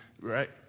right